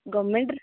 ଗମେଣ୍ଟ୍ରେ